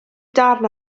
darn